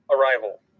Arrival